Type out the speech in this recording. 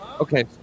Okay